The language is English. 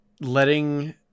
letting